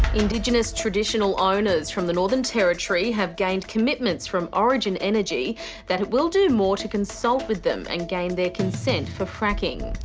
indigenous traditional owners from the northern territory have gained commitments from origin energy that it will do more to consult with them and gain their consent for fracking.